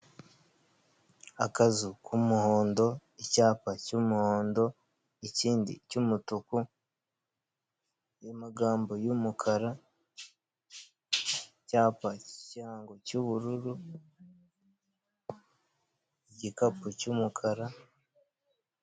Akazu k'umuhondo, icyapa cy'umuhondo, ikindi cy'umutuku, amagambo y'umukara, icyapa kiriho ikirango cy'ubururu, igikapu cy'umukara.